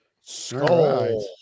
Skull